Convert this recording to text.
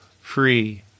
free